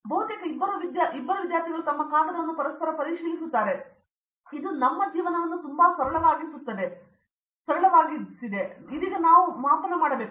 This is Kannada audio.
ಬಹುತೇಕ ಇಬ್ಬರು ವಿದ್ಯಾರ್ಥಿಗಳು ತಮ್ಮ ಕಾಗದವನ್ನು ಪರಸ್ಪರ ಪರಿಶೀಲಿಸುತ್ತಾರೆ ಮತ್ತು ನಮ್ಮ ಜೀವನವನ್ನು ತುಂಬಾ ಸರಳವಾಗಿಸುತ್ತಾರೆ ಮತ್ತು ನಾವು ಇದೀಗ ನಾನು ಮಾಪನ ಮಾಡಬೇಕು